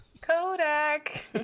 Kodak